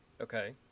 Okay